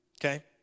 okay